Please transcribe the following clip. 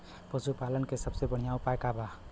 पशु पालन के सबसे बढ़ियां उपाय का बा?